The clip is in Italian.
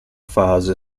fase